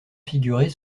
figurer